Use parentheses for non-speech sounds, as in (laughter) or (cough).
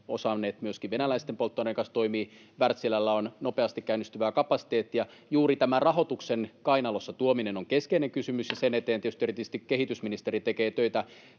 osanneet myöskin venäläisten polttoaineiden kanssa toimia. Wärtsilällä on nopeasti käynnistyvää kapasiteettia. Juuri tämä rahoituksen kainalossa tuominen on keskeinen kysymys, (noise) ja sen eteen tietysti